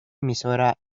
emisora